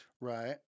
Right